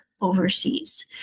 Overseas